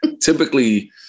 typically